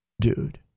Dude